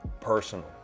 personal